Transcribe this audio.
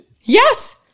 yes